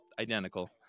identical